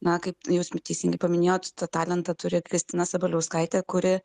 na kaip jūs teisingai paminėjot tą talentą turi kristina sabaliauskaitė kuri